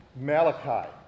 malachi